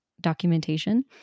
documentation